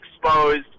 exposed